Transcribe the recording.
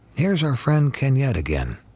here's our friend kenyette again,